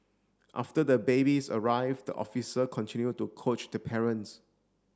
after the babies arrive the officer continue to coach the parents